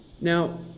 Now